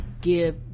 give